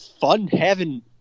fun-having